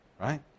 right